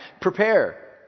Prepare